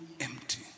empty